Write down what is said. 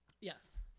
Yes